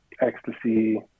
ecstasy